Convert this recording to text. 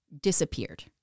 disappeared